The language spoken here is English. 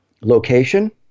location